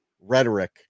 rhetoric